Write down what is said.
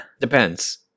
Depends